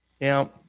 Now